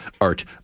art